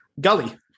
Gully